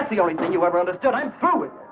the only thing you ever understood i'm following.